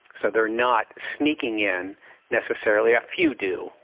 so they're not sneaking in necessarily. a few do,